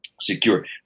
secure